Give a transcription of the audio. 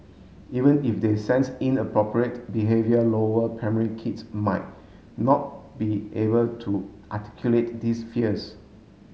even if they sense inappropriate behaviour lower primary kids might not be able to articulate these fears